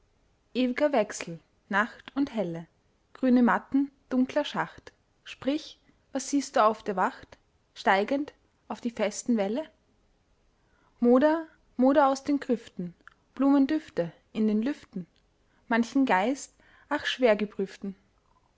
wechsel nacht und helle grüne matten dunkler schacht sprich was siehst du auf der wacht steigend auf die festen wälle moder moder aus den grüften blumendüfte in den lüften manchen geist ach